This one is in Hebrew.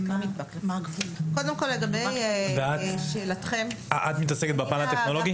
את מתעסקת בפן הטכנולוגי?